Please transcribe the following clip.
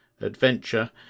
adventure